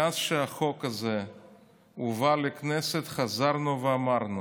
מאז שהחוק הזה הובא לכנסת חזרנו ואמרנו: